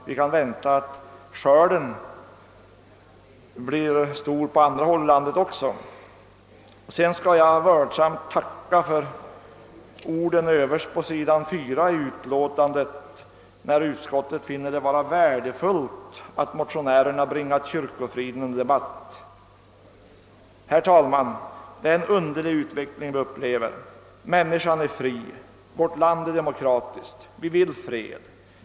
Vi kan vänta att skörden blir stor även på andra håll i landet. Sedan ber jag att vördsamt få tacka för de ord som står överst på sidan 4 i utlåtandet, där utskottet finner det vara värdefullt att motionärerna bringat kyrkofriden under debatt. Herr talman! Det är en underlig utveckling vi upplever. Människan är fri, vårt land är demokratiskt, vi vill fred.